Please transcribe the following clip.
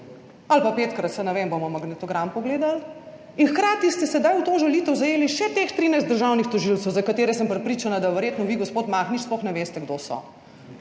ali pa petkrat, saj ne vem, bomo magnetogram pogledali, in hkrati ste sedaj v to žalitev zajeli še teh trinajst državnih tožilcev, za katere sem prepričana, da verjetno vi, gospod Mahnič sploh ne veste, kdo so.